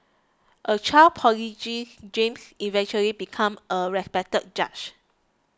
a child prodigy James eventually become a respected judge